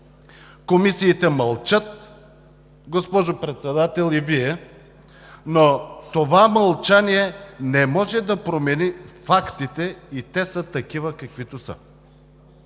Комисиите мълчат. Госпожо Председател, и Вие. Но това мълчание не може да промени фактите и те са такива, каквито са.